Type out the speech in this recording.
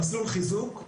מסלול חיזוק.